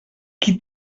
qui